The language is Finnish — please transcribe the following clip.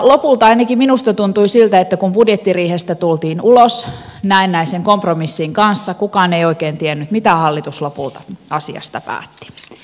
lopulta ainakin minusta tuntui siltä että kun budjettiriihestä tultiin ulos näennäisen kompromissin kanssa kukaan ei oikein tiennyt mitä hallitus lopulta asiasta päätti